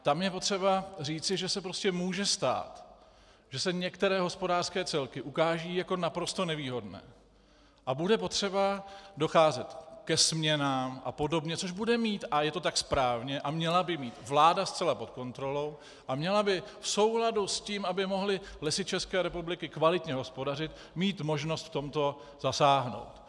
Tam je potřeba říci, že se prostě může stát, že se některé hospodářské celky ukážou jako naprosto nevýhodné a bude potřeba docházet ke směnám apod., což bude mít, a je to tak správně, a měla by mít vláda zcela pod kontrolou a měla by v souladu s tím, aby mohly Lesy ČR kvalitně hospodařit, mít možnost v tomto zasáhnout.